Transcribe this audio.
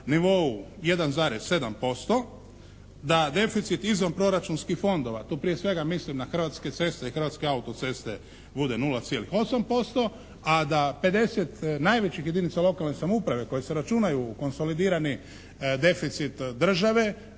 nivou 1,7%, da deficit izvan proračunskih fondova, tu prije svega mislim na Hrvatske ceste i Hrvatske autoceste bude 0,8%, a da 50 najvećih jedinica lokalne samouprave koji se računaju u konsolidirani deficit države